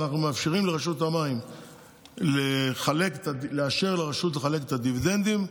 ואנחנו מאפשרים לרשות המים לאשר לרשות לחלק את הדיבידנדים.